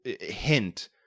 hint